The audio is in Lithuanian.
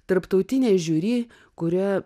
tarptautinė žiuri kurioe